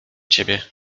ciebie